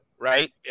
Right